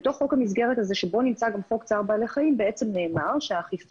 בתוך חוק המסגרת הזה שבו נמצא גם חוק צער בעלי חיים נאמר שהאכיפה